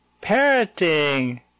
parroting